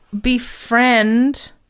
befriend